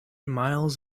miles